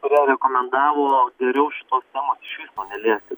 kurie rekomendavo geriau šitos temos iš viso neliesti